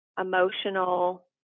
emotional